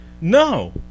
No